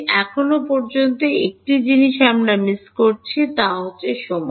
এখন পর্যন্ত একটি জিনিস আমরা মিস করছি তা হচ্ছে সময়